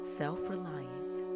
self-reliant